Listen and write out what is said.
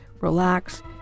relax